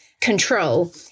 control